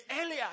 earlier